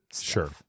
Sure